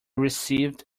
received